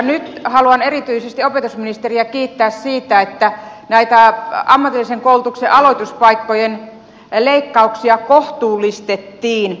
nyt haluan erityisesti opetusministeriä kiittää siitä että näitä ammatillisen koulutuksen aloituspaikkojen leikkauksia kohtuullistettiin